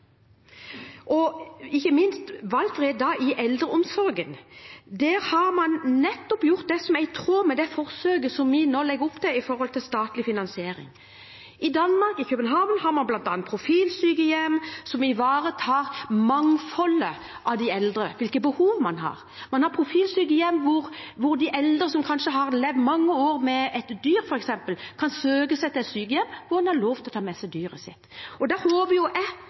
og ikke minst valgfrihet i eldreomsorgen. Der har man gjort noe som er i tråd med forsøket vi nå legger opp til med statlig finansiering. I Danmark, i København, har man bl.a. profilsykehjem som ivaretar mangfoldet blant de eldre, hvilke behov de har. Man har profilsykehjem hvor eldre som kanskje har levd mange år sammen med et dyr, kan søke seg til et sykehjem hvor de har lov til å ta med seg dyret sitt. Jeg håper at interpellanten og SV og andre partier vil være med på å se på valgfrihet som noe viktig. Jeg